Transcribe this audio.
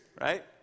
right